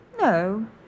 No